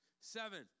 seven